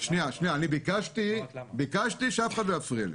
אני ביקשתי שאף אחד לא יפריע לי.